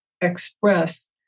express